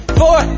four